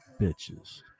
bitches